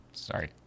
Sorry